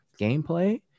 gameplay